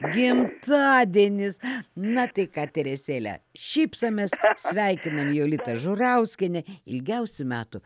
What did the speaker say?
gimtadienis na tai ką teresėle šypsomės sveikinam jolitą žurauskienę ilgiausių metų